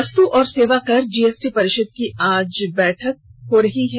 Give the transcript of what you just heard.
वस्तु और सेवा कर जीएसटी परिषद की आज बैठक होगी